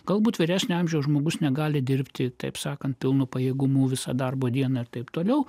galbūt vyresnio amžiaus žmogus negali dirbti taip sakant pilnu pajėgumu visą darbo dieną ir taip toliau